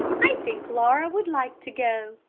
i think laura would like to go.